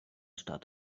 stadt